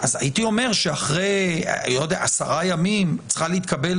הייתי אומר שאחרי עשרה ימים צריכה להתקבל